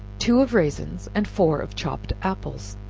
two of raisins, and four of chopped apples,